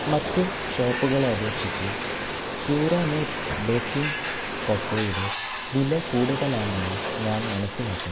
മറ്റ് ഷോപ്പുകളെ അപേക്ഷിച്ച് പ്യുരാമേറ്റ് ബേക്കിംഗ് കൊക്കോയുടെ വില കൂടുതലാണെന്ന് ഞാൻ മനസ്സിലാക്കുന്നു